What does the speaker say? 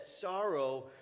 sorrow